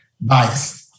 Bias